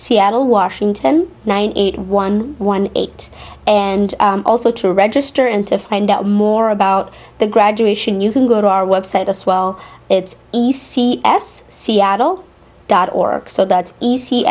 seattle washington nine eight one one eight and also to register and to find out more about the graduation you can go to our website as well it's us seattle dot org so that's easy